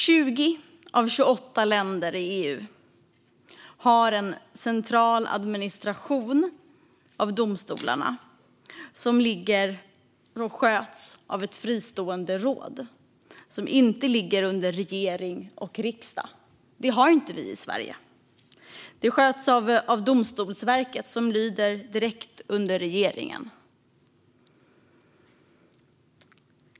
20 av 28 länder i EU har en central administration av domstolarna vilken sköts av ett fristående råd som inte ligger under regering och parlament. Det har vi inte i Sverige. Detta sköts av Domstolsverket, som lyder direkt under regeringen.